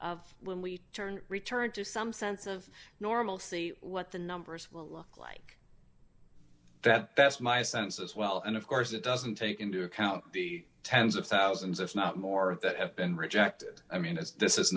of when we turn return to some sense of normalcy what the numbers will look like that that's my sense as well and of course it doesn't take into account the s of thousands if not more that have been rejected i mean as this is